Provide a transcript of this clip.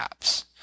apps